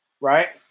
right